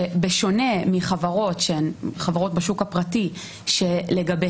בשונה מחברות שהן חברות בשוק הפרטי שלגביהן